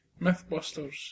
Mythbusters